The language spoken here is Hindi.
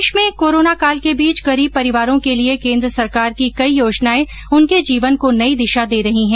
देश में कोराना काल के बीच गरीब परिवारों के लिये केन्द्र सरकार की कई योजनायें उनके जीवन को नई दिशा दे रही हैं